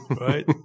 right